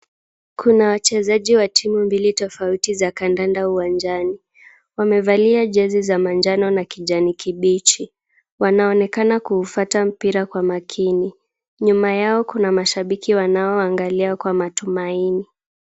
Kuna wachezaji wa timu mbili tofauti za kandanda uwanjani. Wamevalia jezi za manjano na kijani kibichi. Wanaonekana kuufuata mpira kwa makini. Nyuma yao kuna mashabiki wanaoangalia kwa matumaini.